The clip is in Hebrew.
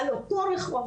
על אותו רחוב,